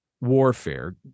warfare